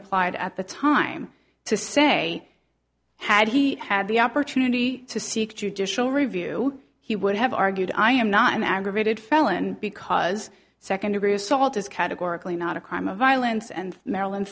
applied at the time to say had he had the opportunity to seek judicial review he would have argued i am not an aggravated felon because second degree assault is categorically not a crime of violence and maryland